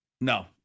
No